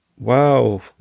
wow